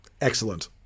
Excellent